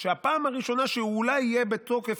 שהפעם הראשונה שהוא אולי יהיה בתוקף,